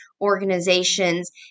organizations